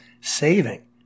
saving